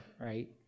right